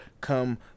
come